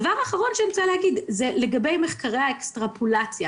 דבר אחרון שאני רוצה להגיד נוגע למחקרי האקסטרפולציה.